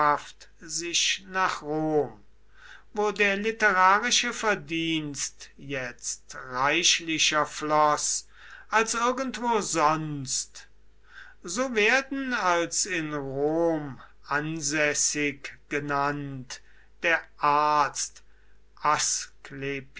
sich nach rom wo der literarische verdienst jetzt reichlicher floß als irgendwo sonst so werden als in rom ansässig genannt der arzt